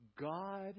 God